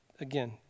again